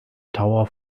tower